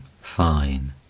fine